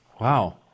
Wow